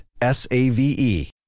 S-A-V-E